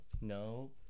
No